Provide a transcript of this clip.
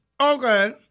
Okay